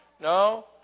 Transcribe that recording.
No